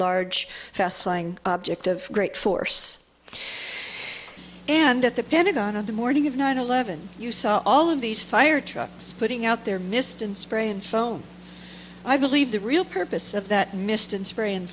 flying object of great force and at the pentagon of the morning of nine eleven you saw all of these fire trucks putting out their midst and spraying foam i believe the real purpose of that mist and spr